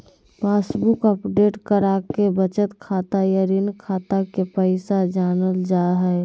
passbook update कराके बचत खाता या ऋण खाता के पैसा जानल जा हय